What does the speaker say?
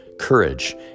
courage